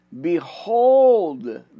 Behold